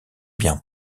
biens